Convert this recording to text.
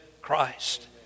Christ